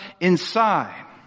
inside